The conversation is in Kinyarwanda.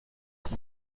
iki